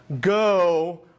go